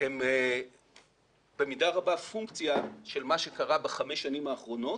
הם במידה רבה פונקציה של מה שקרה בחמש השנים האחרונות.